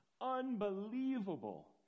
unbelievable